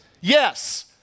Yes